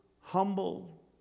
humble